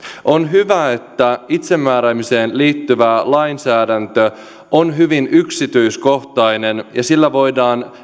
on hyvä että itsemääräämiseen liittyvä lainsäädäntö on hyvin yksityiskohtainen ja sillä voidaan